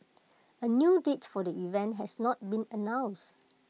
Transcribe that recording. A new date for the event has not been announced